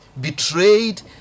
betrayed